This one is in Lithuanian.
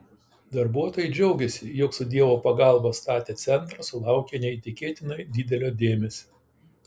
darbuotojai džiaugėsi jog su dievo pagalba statę centrą sulaukia neįtikėtinai didelio dėmesio